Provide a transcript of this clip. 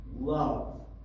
love